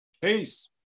peace